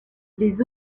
les